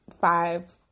five